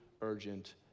urgent